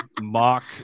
mock